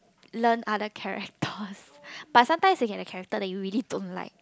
learn other characters but sometimes you get the character that you really don't like